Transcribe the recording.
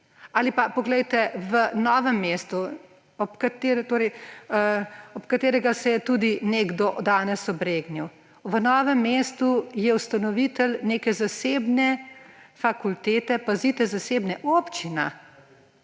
Ali pa poglejte, v Novem mestu, ob katerega se je tudi nekdo danes obregnil, v Novem mestu je ustanovitelj neke zasebne fakultete ‒ pazite zasebne ‒ občina.